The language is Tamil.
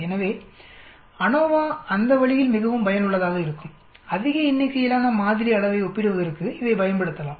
எனவே அநோவா அந்த வழியில் மிகவும் பயனுள்ளதாக இருக்கும் அதிக எண்ணிக்கையிலான மாதிரி அளவை ஒப்பிடுவதற்கு இதைப் பயன்படுத்தலாம்